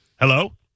Hello